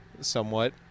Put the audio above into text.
somewhat